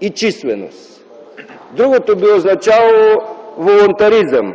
и численост. Другото би означавало волунтаризъм